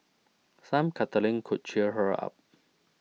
some cuddling could cheer her up